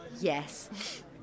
yes